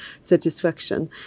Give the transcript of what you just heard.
satisfaction